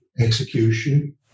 execution